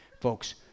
Folks